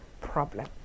problem